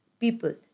People